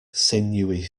sinewy